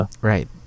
right